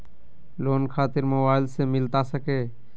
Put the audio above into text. Loan खातिर mobile से मिलता सके?